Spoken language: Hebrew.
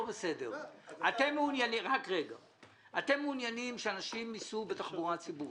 אתם מעוניינים שאנשים ייסעו בתחבורה ציבורית,